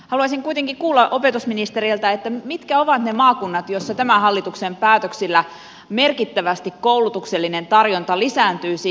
haluaisin kuitenkin kuulla opetusministeriltä mitkä ovat ne maakunnat joissa tämän hallituksen päätöksillä koulutuksellinen tarjonta merkittävästi lisääntyisi